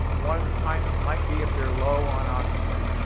one of the times might be if they're low on oxygen.